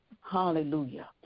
hallelujah